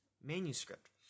manuscript